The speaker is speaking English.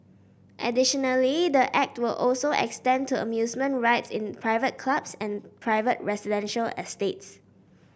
additionally the Act will also extend to amusement rides in private clubs and private residential estates